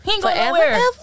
Forever